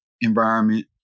environment